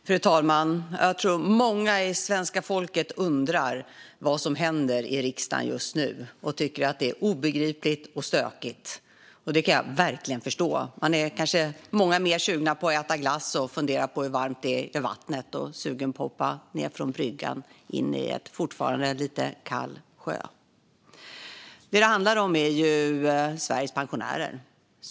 Fru talman! Jag tror att det bland svenska folket finns många som undrar vad som händer i riksdagen just nu och som tycker att det är obegripligt och stökigt. Det kan jag verkligen förstå. Många är kanske mer sugna på att äta glass och fundera över hur varmt det är i vattnet. Kanske är man sugen på att hoppa från bryggan ned i en fortfarande lite för kall sjö. Vad det handlar om är Sveriges pensionärer.